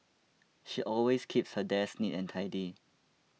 she always keeps her desk neat and tidy